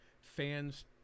fans